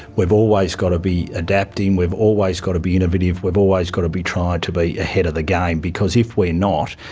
we've always got to be adapting, we've always got to be innovative, we've always got to be trying to be ahead of the game because if we're not,